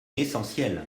l’essentiel